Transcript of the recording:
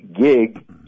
gig